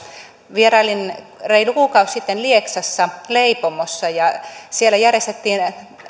vierailin reilu kuukausi sitten lieksassa leipomossa siellä järjestettiin